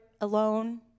alone